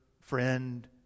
friend